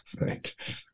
Right